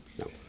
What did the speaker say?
No